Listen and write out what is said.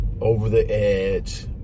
over-the-edge